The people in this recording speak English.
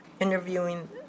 interviewing